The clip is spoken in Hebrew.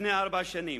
לפני ארבע שנים.